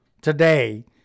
today